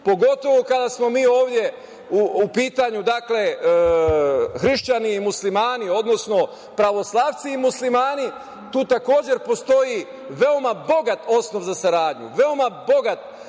pogotovo kada smo mi ovde u pitanju, dakle, hrišćani i muslimani, odnosno pravoslavci i muslimani. Tu takođe postoji veoma bogat osnov za saradnju, veoma bogat